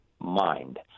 mind